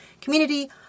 community